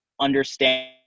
understand